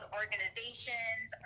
organizations